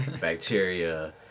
bacteria